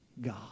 God